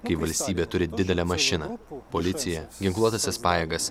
kai valstybė turi didelę mašiną policija ginkluotąsias pajėgas